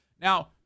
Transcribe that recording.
Now